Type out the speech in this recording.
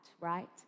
right